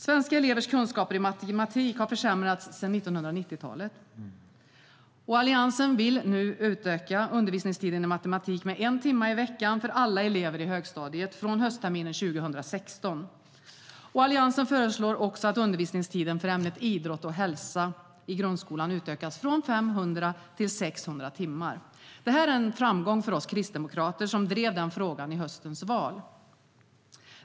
Svenska elevers kunskaper i matematik har försämrats sedan 1990-talet. Alliansen vill nu utöka undervisningstiden i matematik med en timme i veckan för alla elever i högstadiet från höstterminen 2016.Alliansen föreslår också att undervisningstiden för ämnet idrott och hälsa i grundskolan utökas från 500 till 600 timmar. Detta är en framgång för oss kristdemokrater, som drev den frågan i höstens val.